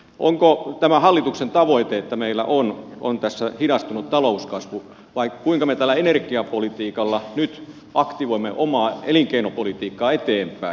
onko tämä hallituksen tavoite että meillä on tässä hidastunut talouskasvu vai kuinka me tällä energiapolitiikalla nyt aktivoimme omaa elinkeinopolitiikkaa eteenpäin